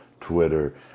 Twitter